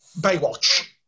Baywatch